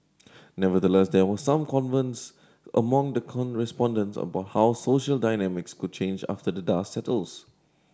nevertheless there were some concerns among the respondents about how the social dynamics could change after the dust settles